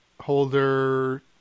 holder